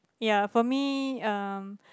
ya for me um